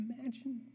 imagine